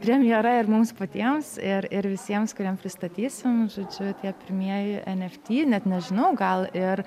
premjera ir mums patiems ir ir visiems kuriem pristatysime žodžiu tie pirmieji en ef tį net nežinau gal ir